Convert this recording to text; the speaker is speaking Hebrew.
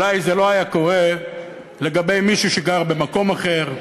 שאולי זה לא היה קורה לגבי מישהו שגר במקום אחר,